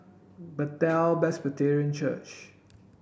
Bethel Presbyterian Church